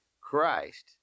Christ